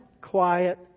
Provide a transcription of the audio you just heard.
quiet